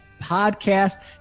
podcast